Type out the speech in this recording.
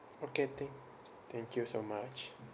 okay thank thank you so much